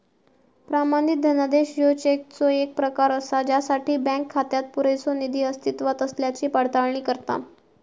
प्रमाणित धनादेश ह्यो चेकचो येक प्रकार असा ज्यासाठी बँक खात्यात पुरेसो निधी अस्तित्वात असल्याची पडताळणी करता